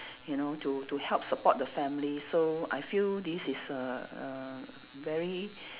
you know to to help support the family so I feel this is a a very